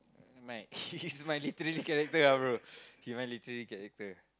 my he's~ my literary character lah bro he my literary character